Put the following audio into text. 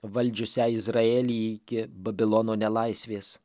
valdžiusią izraelį iki babilono nelaisvės